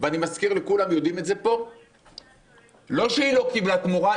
אני מזכיר לכולם: לא שהיא לא קיבלה תמורה,